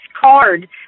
card